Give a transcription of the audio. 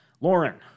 Lauren